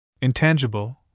intangible